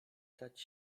dać